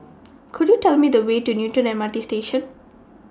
Could YOU Tell Me The Way to Newton M R T Station